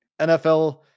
NFL